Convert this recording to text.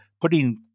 Putting